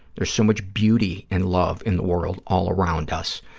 there's so much beauty and love in the world all around us,